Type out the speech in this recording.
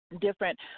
different